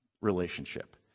relationship